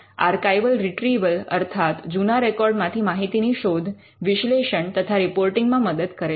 archival retrieval અર્થાત જુના record માંથી માહિતી ની શોધ વિશ્લેષણ તથા રિપોર્ટિંગ માં મદદ કરે છે